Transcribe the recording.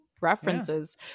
references